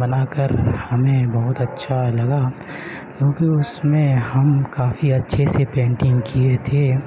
بنا کر ہمیں بہت اچھا لگا کیونکہ اس میں ہم کافی اچھے سے پینٹنگ کیے تھے